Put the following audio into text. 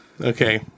okay